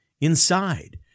inside